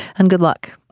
and good luck.